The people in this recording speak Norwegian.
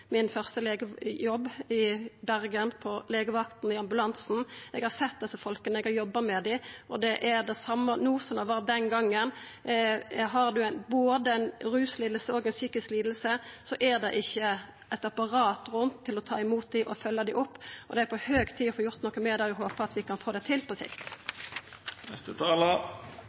min første legejobb i Bergen, på legevakta, i ambulansen. Eg har sett desse folka, eg har jobba med dei, og det er det same no som det var den gongen. Har dei både ei rusliding og ei psykisk liding, er det ikkje eit apparat rundt til å ta imot og følgja dei opp. Det er på høg tid å få gjort noko med det, og eg håper vi kan få det til på